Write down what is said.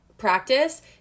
practice